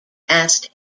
asked